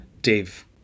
Dave